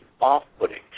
off-putting